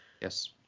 Yes